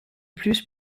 plus